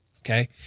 Okay